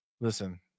listen